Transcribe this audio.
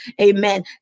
Amen